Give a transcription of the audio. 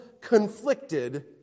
conflicted